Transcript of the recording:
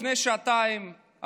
לפני שעתיים,